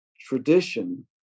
tradition